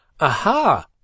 aha